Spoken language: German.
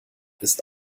ist